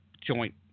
joint